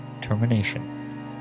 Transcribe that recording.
termination